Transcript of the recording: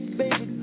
baby